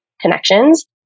connections